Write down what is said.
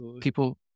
people